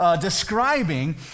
describing